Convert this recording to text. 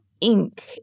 ink